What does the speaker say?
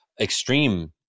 extreme